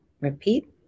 Repeat